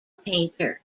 painter